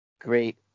great